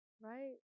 Right